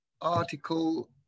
article